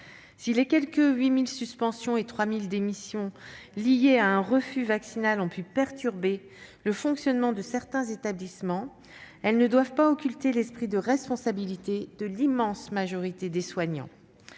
Si les quelque 8 000 suspensions et 3 000 démissions liées à un refus vaccinal ont pu perturber le fonctionnement de certains établissements, elles ne doivent pas occulter l'esprit de responsabilité dont a fait preuve l'immense majorité des soignants.